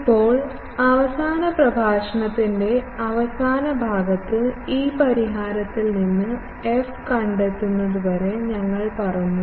ഇപ്പോൾ അവസാന പ്രഭാഷണത്തിൻറെ അവസാന ഭാഗത്ത് ഈ പരിഹാരത്തിൽ നിന്ന് എഫ് കണ്ടെത്തുന്നതുവരെ ഞങ്ങൾ പറഞ്ഞു